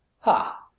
Ha